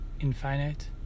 infinite